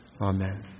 Amen